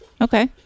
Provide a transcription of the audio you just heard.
Okay